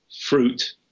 fruit